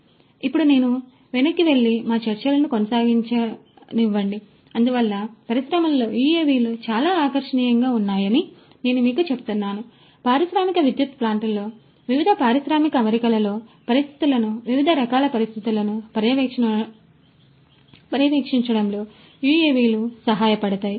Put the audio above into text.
కాబట్టి ఇప్పుడు నేను వెనక్కి వెళ్లి మా చర్చలను కొనసాగించనివ్వండి అందువల్ల పరిశ్రమలో యుఎవిలు చాలా ఆకర్షణీయంగా ఉన్నాయని నేను మీకు చెప్తున్నాను పారిశ్రామిక విద్యుత్ ప్లాంట్లలో వివిధ పారిశ్రామిక అమరికలలో పరిస్థితులను వివిధ రకాల పరిస్థితులను పర్యవేక్షించడంలో యుఎవిలు సహాయపడతాయి